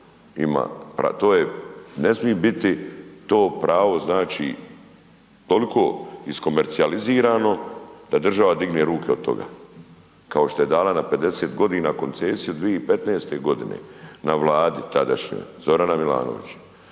ne smije biti to pravo znači toliko iskomercijalizirano da država digne ruke od toga kao što je dala na 50 godina koncesiju 2015. godine na Vladi tadašnjoj Zorana Milanovića,